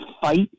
fight